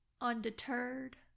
undeterred